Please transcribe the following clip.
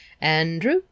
Andrew